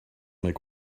make